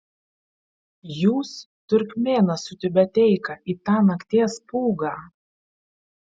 jūs turkmėnas su tiubeteika į tą nakties pūgą